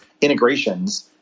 integrations